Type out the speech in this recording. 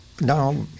now